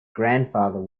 grandfather